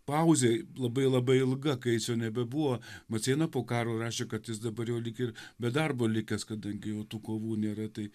pauzė labai labai ilga kai jis jau nebebuvo maceina po karo rašė kad jis dabar jau lyg ir be darbo likęs kadangi jau tų kovų nėra tai